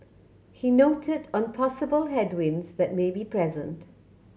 he noted on possible headwinds that may be present